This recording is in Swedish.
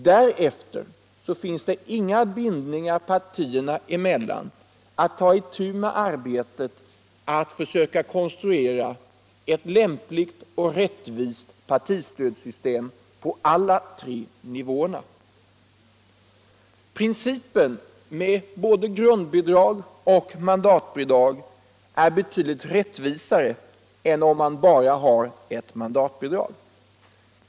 Därefter finns det inga bindningar partierna emellan, som hindrar att man tar itu med arbetet att försöka konstruera ett lämpligt och rättvist partistödssystem på alla tre nivåerna. Principen med både grundbidrag och mandatbidrag är rättvisare än om man bara har ett mandatbidrag.